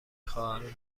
خواهر